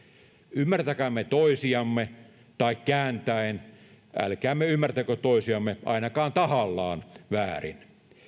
ymmärtäkäämme toisiamme tai kääntäen älkäämme ymmärtäkö toisiamme ainakaan tahallaan väärin